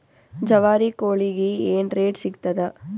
ಜವಾರಿ ಕೋಳಿಗಿ ಏನ್ ರೇಟ್ ಸಿಗ್ತದ?